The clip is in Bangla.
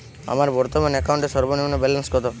আমার বর্তমান অ্যাকাউন্টের সর্বনিম্ন ব্যালেন্স কত?